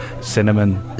cinnamon